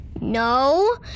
No